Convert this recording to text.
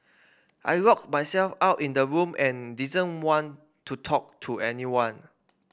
I locked myself out in the room and didn't want to talk to anyone